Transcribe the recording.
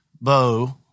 Bo